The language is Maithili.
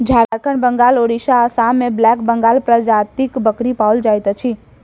झारखंड, बंगाल, उड़िसा, आसाम मे ब्लैक बंगाल प्रजातिक बकरी पाओल जाइत अछि